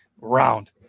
round